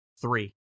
three